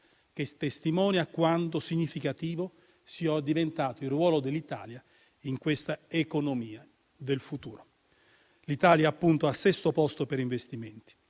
che testimonia quanto significativo sia diventato il ruolo dell'Italia in questa economia del futuro. L'Italia è al sesto posto per investimenti.